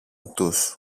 τους